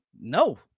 No